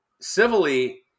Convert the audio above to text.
civilly